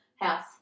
house